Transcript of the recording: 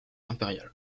impériale